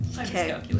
Okay